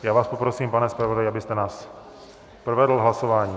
Já vás poprosím, pane zpravodaji, abyste nás provedl hlasováním.